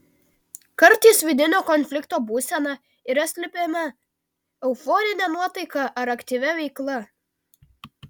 kartais vidinio konflikto būsena yra slepiama euforine nuotaika ar aktyvia veikla